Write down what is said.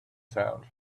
sound